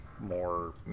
more